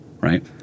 right